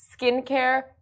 skincare